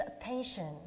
attention